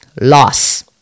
loss